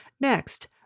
Next